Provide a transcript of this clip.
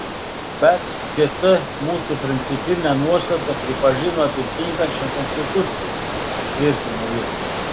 bet kt mūsų principinę nuostatą pripažino atitinkančia konstituciją tvirtino jis